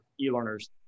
e-learners